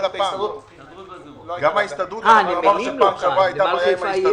גם ההסתדרות, אמרנו שהיתה בעיה עם ההסתדרות.